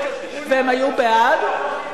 והם היו בעד.